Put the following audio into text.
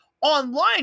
online